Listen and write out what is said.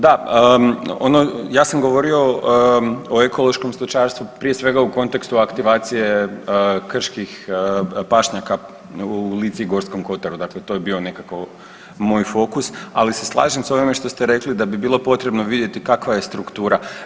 Da, ono, ja sam govorio o ekološkom stočarstvu, prije svega u kontekstu aktivacije krških pašnjaka u Lici i Gorskom kotaru, dakle to je bio nekako moj fokus, ali se slažem s ovime što ste rekli da bi bilo potrebno vidjeti kakva je struktura.